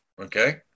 okay